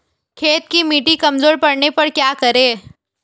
खेत की मिटी कमजोर पड़ने पर क्या करें?